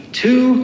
two